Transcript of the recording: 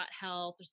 health